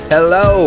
Hello